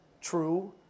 true